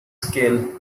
scale